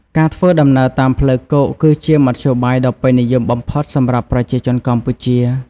ការធ្វើដំណើរតាមផ្លូវគោកគឺជាមធ្យោបាយដ៏ពេញនិយមបំផុតសម្រាប់ប្រជាជនកម្ពុជា។